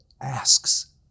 asks